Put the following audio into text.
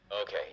okay